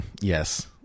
Yes